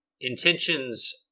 intentions